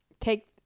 take